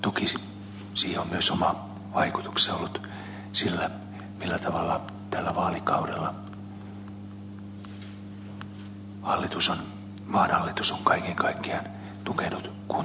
toki siihen on oma vaikutuksensa ollut myös sillä millä tavalla tällä vaalikaudella maan hallitus on kaiken kaikkiaan tukenut kuntataloutta